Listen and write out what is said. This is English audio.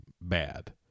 bad